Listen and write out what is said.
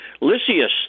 Lysias